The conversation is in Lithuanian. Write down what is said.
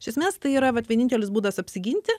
iš esmės tai yra vat vienintelis būdas apsiginti